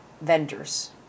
vendors